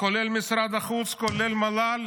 כולל משרד החוץ, כולל מל"ל,